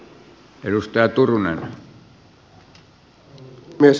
arvoisa puhemies